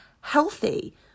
healthy